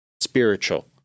spiritual